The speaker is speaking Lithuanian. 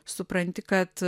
supranti kad